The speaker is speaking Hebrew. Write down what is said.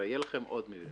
הרי יהיה לכם עוד מבנה.